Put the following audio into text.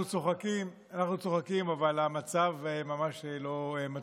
אנחנו צוחקים, אבל המצב ממש לא מצחיק.